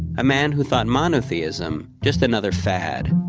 a man who thought monotheism just another fad.